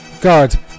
God